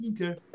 okay